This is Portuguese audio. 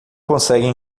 conseguem